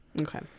Okay